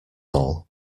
all